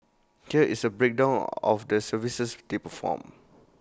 here is A breakdown of the services they perform